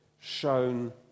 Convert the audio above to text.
shown